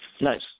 Nice